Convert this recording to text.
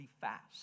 fast